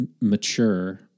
mature